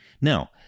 Now